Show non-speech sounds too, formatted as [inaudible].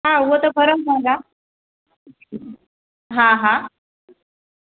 न उहे त [unintelligible] हा हा